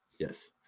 Yes